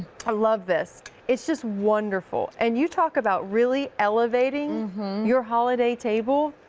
i love this. it's just wonderful. and you talk about really elevating your holiday table,